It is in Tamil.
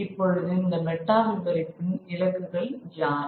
இப்பொழுது இந்த மெட்டா விவரிப்பின் இலக்குகள் யார்